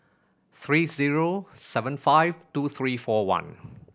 three zero seven five two three four one